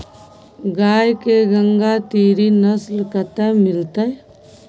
गाय के गंगातीरी नस्ल कतय मिलतै?